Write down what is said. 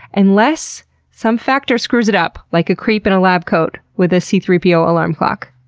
and unless some factor screws it up, like a creep in a lab coat with a c three po alarm clock.